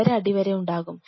5 അടി ഉണ്ടാകും